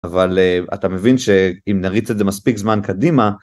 אבל אתה מבין שאם נריץ את זה מספיק זמן קדימה.